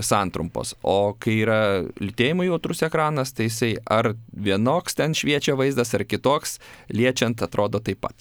santrumpos o kai yra lytėjimui jautrus ekranas tai jisai ar vienoks ten šviečia vaizdas ar kitoks liečiant atrodo taip pat